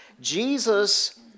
Jesus